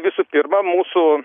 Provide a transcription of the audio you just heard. visų pirma mūsų